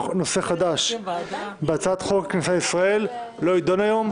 נושא חדש בעת הדיון בהצעת חוק הכניסה לישראל (תיקון מס' 33),